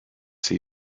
see